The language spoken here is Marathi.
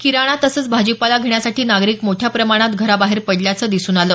किराणा तसंच भाजीपाला घेण्यासाठी नागरीक मोठ्या प्रमाणात घराबाहेर पडल्याचं दिसून आलं